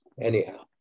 Anyhow